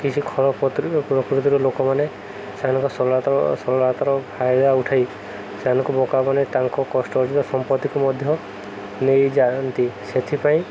କିଛି ଖଳ ପ୍ରକୃତିର ଲୋକମାନେ ସେମାନଙ୍କ ସଳ ସରଳତାର ଫାଇଦା ଉଠାଇ ସେମାନଙ୍କୁ ମୋକମାନେ ତାଙ୍କ କଷ୍ଟ ଅର୍ଜିତ ସମ୍ପତ୍ତିକୁ ମଧ୍ୟ ନେଇଯାଆନ୍ତି ସେଥିପାଇଁ